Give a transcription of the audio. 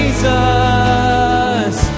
Jesus